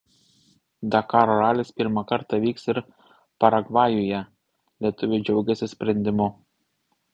dakaro ralis pirmą kartą vyks ir paragvajuje lietuviai džiaugiasi sprendimu